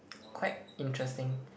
quite interesting